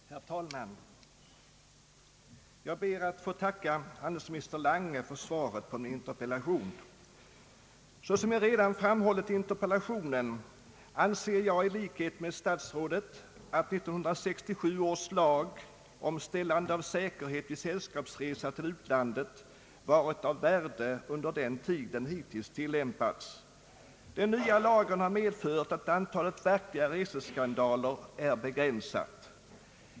Herr talman! Jag ber att få tacka handelsminister Lange för svaret på min interpellation. Såsom jag redan framhållit i interpellationen, anser jag i likhet med statsrådet att 1967 års lag om ställande av säkerhet vid sällskapsresa till utlandet varit av värde under den tid lagen hittills tillämpats. Den nya lagen har medfört att antalet verkliga reseskandaler begränsats.